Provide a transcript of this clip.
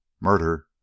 Murder